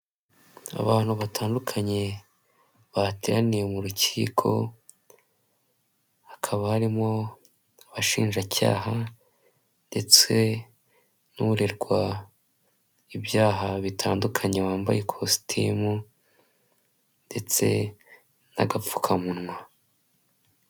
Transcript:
Abantu batandukanye bateraniye mu rukiko, hakaba harimo abashinjacyaha ndetse n'uregwa ibyaha bitandukanye wambaye ikositimu ndetse n'agapfukamunwa.